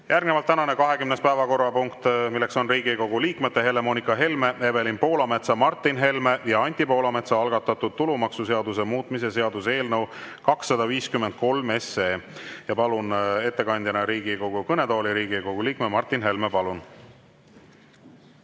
Järgnevalt tänane 20. päevakorrapunkt, mis on Riigikogu liikmete Helle-Moonika Helme, Evelin Poolametsa, Martin Helme ja Anti Poolametsa algatatud tulumaksuseaduse muutmise seaduse eelnõu 253. Palun ettekandjana Riigikogu kõnetooli Riigikogu liikme Martin Helme. Palun!